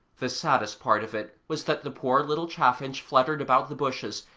the saddest part of it was that the poor little chaffinch fluttered about the bushes,